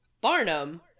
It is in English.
Barnum